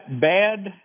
bad